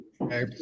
Okay